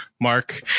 Mark